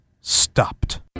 stopped